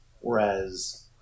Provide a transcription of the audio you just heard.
whereas